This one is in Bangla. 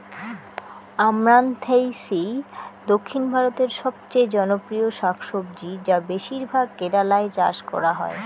আমরান্থেইসি দক্ষিণ ভারতের সবচেয়ে জনপ্রিয় শাকসবজি যা বেশিরভাগ কেরালায় চাষ করা হয়